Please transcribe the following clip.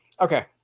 Okay